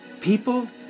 People